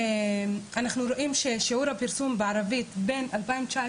אנחנו רואים ששיעור הפרסום בערבית בין 2019